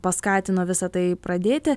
paskatino visa tai pradėti